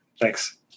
Thanks